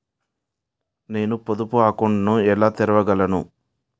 నేను పొదుపు అకౌంట్ను ఎలా తెరవగలను?